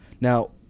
Now